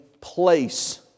place